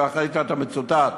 ככה צוטטת.